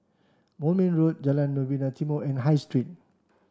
Moulmein Road Jalan Novena Timor and High Street